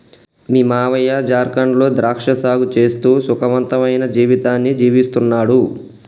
మీ మావయ్య జార్ఖండ్ లో ద్రాక్ష సాగు చేస్తూ సుఖవంతమైన జీవితాన్ని జీవిస్తున్నాడు